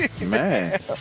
man